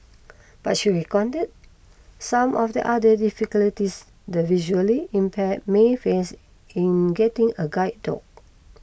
but she recounted some of the other difficulties the visually impaired may face in getting a guide dog